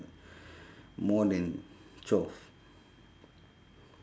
more than twelve